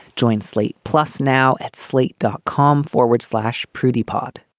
join slate plus now at slate, dot com forward slash prudy pod